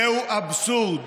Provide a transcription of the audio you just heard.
זהו אבסורד.